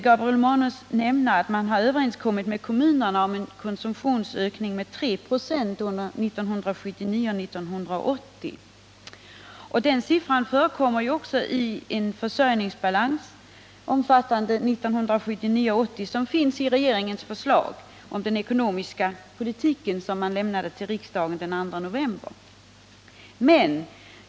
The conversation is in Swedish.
Gabriel Romanus nämner att regeringen kommit överens med kommunerna om en konsumtionsökning på 3 26 under 1979 och 1980. Den siffran förekommer också i en försörjningsbalans, omfattande 1979 och 1980, som finns i regeringens förslag till den ekonomiska politiken, vilket lämnades till riksdagen den 2 november.